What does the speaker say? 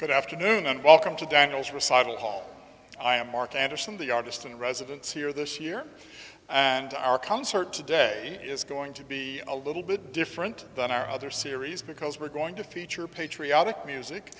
good afternoon and welcome to daniel's recital hall i am mark anderson the artist in residence here this year and our concert today is going to be a little bit different than our other series because we're going to feature patriotic music